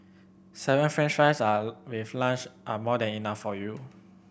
seven French fries are with lunch are more than enough for you